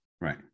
right